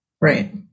Right